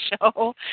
show